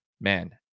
man